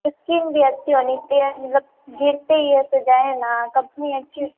skin भी अच्छी होनी चाहिए मतलब गिरते ही ऐसे जाए ना कंपनी अच्छी